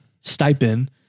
stipend